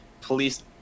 Police